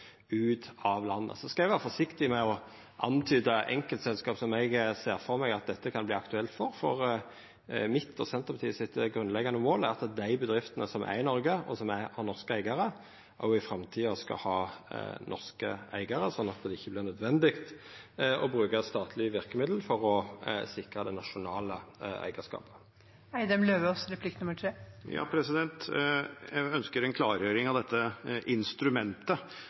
ut av landet. Eg skal vera forsiktig med å antyda enkeltselskap som eg ser for meg at dette kan verta aktuelt for, for mitt og Senterpartiets grunnleggjande mål er at dei bedriftene som er i Noreg, og som har norske eigarar, òg i framtida skal ha norske eigarar, sånn at det ikkje vert nødvendig å bruka statlege verkemiddel for å sikra det nasjonale eigarskapet. Jeg ønsker en klargjøring av dette «instrumentet». La oss